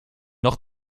noch